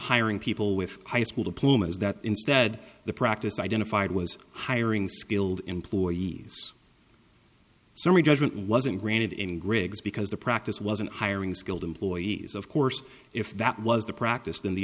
hiring people with high school diplomas that instead the practice identified was hiring skilled employees summary judgment wasn't granted in griggs because the practice wasn't hiring skilled employees of course if that was the practice then the